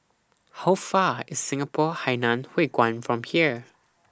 How Far IS Singapore Hainan Hwee Kuan from here